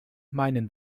meinen